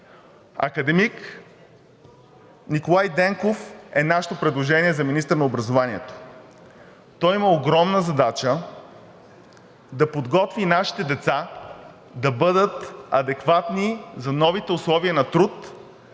Академик Николай Денков е нашето предложение за министър на образованието. Той има огромната задача да подготви нашите деца да бъдат адекватни за новите условия на труд